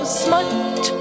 smut